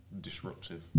disruptive